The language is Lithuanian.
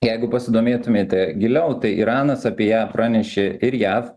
jeigu pasidomėtumėte giliau tai iranas apie ją pranešė ir jav